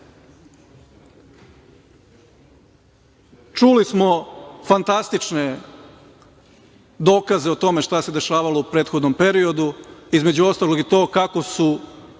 smo fantastične dokaze o tome šta se dešavalo u prethodnom periodu, između ostalog i to kako su